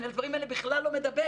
אני על הדברים האלה בכלל לא מדבר.